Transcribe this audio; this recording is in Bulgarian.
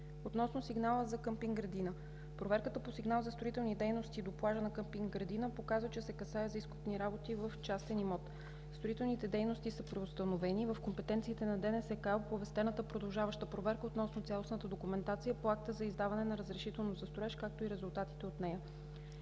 Относно сигнала за къмпинг „Градина“. Проверката по сигнал за строителни дейности до плажа на къмпинг „Градина“ показва, че се касае за изкопни работи в частен имот. Строителните дейности са преустановени. В компетенциите на Дирекцията за национален строителен контрол е оповестената, продължаваща проверка относно цялостната документация по акта за издаване на разрешително за строеж, както и резултатите от нея.